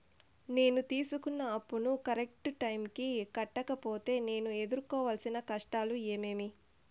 నేను తీసుకున్న అప్పును కరెక్టు టైముకి కట్టకపోతే నేను ఎదురుకోవాల్సిన కష్టాలు ఏమీమి?